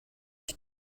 ich